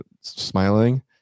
smiling